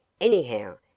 Anyhow